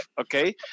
okay